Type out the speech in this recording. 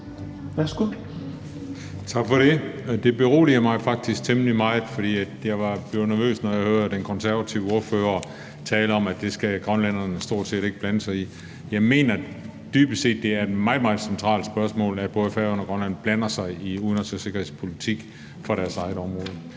(EL): Tak for det. Det beroliger mig faktisk temmelig meget, for jeg blev nervøs, da jeg hørte den konservative ordfører tale om, at det skal grønlænderne stort set ikke blande sig i. Jeg mener dybest set, det er et meget, meget centralt spørgsmål, at både Færøerne og Grønland blander sig i udenrigs- og sikkerhedspolitik for deres eget område.